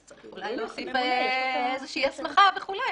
צריך אולי להוסיף הסמכה וכו',